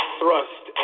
thrust